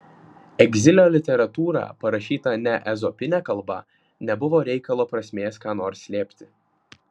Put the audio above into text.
egzilio literatūra parašyta ne ezopine kalba nebuvo reikalo prasmės ką nors slėpti